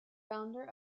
founder